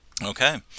Okay